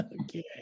okay